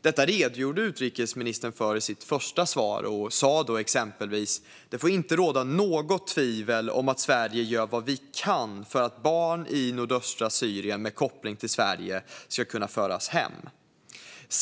Detta redogjorde utrikesministern för i sitt första svar. Hon sa exempelvis följande: "Det får inte råda något tvivel om att Sverige gör vad vi kan för att barn i nordöstra Syrien med koppling till Sverige ska kunna föras hem."